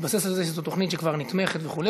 בהתבסס על זה שזאת תוכנית שכבר נתמכת וכו'.